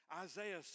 Isaiah